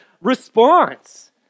response